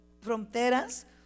fronteras